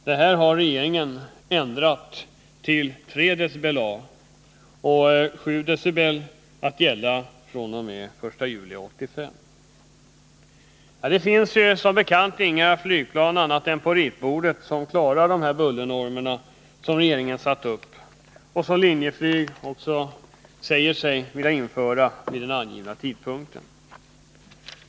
Detta har regeringen ändrat till 3 dBA och 7 dBA att gälla från den 1 juli 1985. Det finns inga flygplan annat än på ritbordet som klarar de bullernormer som regeringen satt upp och som Linjeflyg säger sig vilja införa vid den angivna tidpunkten.